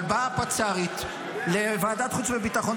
אבל באה הפצ"רית לוועדת החוץ והביטחון,